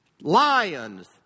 lions